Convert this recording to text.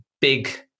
big